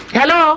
hello